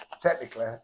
technically